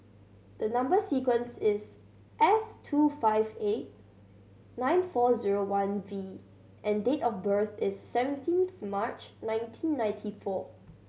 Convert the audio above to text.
the number sequence is S two five eight nine four zero one V and date of birth is seventeenth March nineteen ninety four